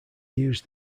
used